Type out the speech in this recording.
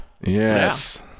yes